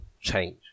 change